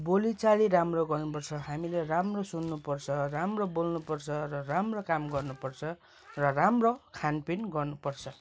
बोलीचाली राम्रो गर्नुपर्छ हामीले राम्रो सुन्नुपर्छ राम्रो बेल्नुपर्छ र राम्रो काम गर्नुपर्छ र राम्रो खानपिन गर्नुपर्छ